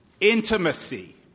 intimacy